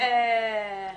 ואת חושבת?